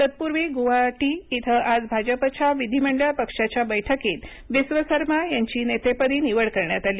ततपूर्वी गुवाहाटी इथं आज भाजपच्या विधीमंडळ पक्षाच्या बैठकीत त्यांची नेतेपदी निवड करण्यात आली